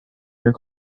your